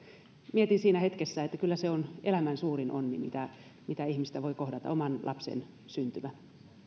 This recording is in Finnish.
mietin siinä hetkessä että kyllä se on elämän suurin onni mikä ihmistä voi kohdata oman lapsen syntymä